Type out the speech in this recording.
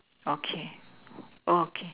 okay okay